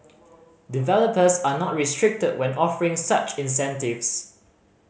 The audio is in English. developers are not restricted when offering such incentives